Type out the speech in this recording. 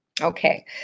Okay